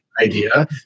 idea